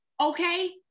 Okay